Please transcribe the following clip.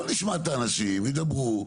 בואו נשמע את האנשים, ידברו.